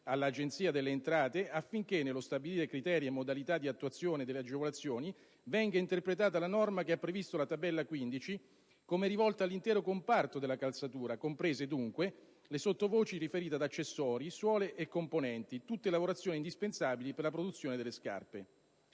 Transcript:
all'Agenzia delle entrate affinché, nello stabilire criteri e modalità di attuazione delle agevolazioni, venga interpretata la norma che ha previsto la tabella 15 come rivolta all'intero comparto della calzatura, comprese - dunque - le sottovoci riferite ad accessori, suole e componenti, tutte lavorazioni indispensabili per la produzione delle scarpe.